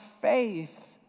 faith